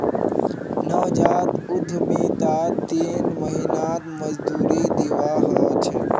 नवजात उद्यमितात तीन महीनात मजदूरी दीवा ह छे